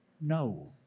no